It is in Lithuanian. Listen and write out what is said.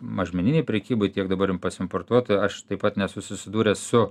mažmeninėj prekyboj tiek dabar pas importuotoją aš taip pat nesu susidūręs su